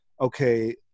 okay